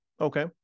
Okay